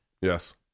Yes